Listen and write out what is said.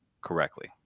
correctly